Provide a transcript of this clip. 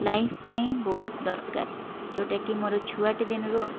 life ପାଇଁ ବହୁତ ଦରକାର ଯେଉଁଟାକି ମୋ'ର ଛୁଆଟି ଦିନରୁ